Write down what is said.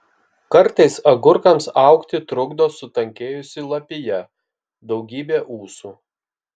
kartais agurkams augti trukdo sutankėjusi lapija daugybė ūsų